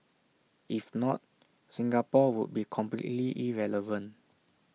if not Singapore would be completely irrelevant